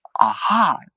aha